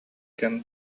кэм